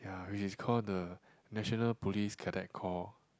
ya which is call the National Police Cadet Corp